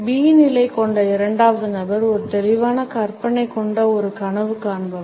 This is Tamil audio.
B நிலை கொண்ட இரண்டாவது நபர் ஒரு தெளிவான கற்பனை கொண்ட ஒரு கனவு காண்பவர்